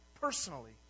personally